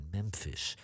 Memphis